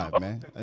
man